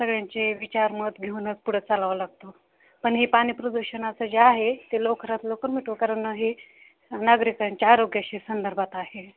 सगळ्यांचे विचार मत घेऊनच पुढं चालवावं लागतो पण हे पाणी प्रदूषणाचं जे आहे ते लवकरात लवकर मिटवू कारण हे नागरिकांच्या आरोग्याशी संदर्भात आहे